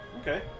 Okay